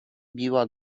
biła